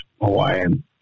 Hawaiian